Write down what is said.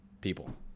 people